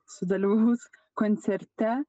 sudalyvaus koncerte